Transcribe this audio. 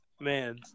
man